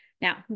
Now